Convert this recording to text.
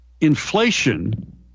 Inflation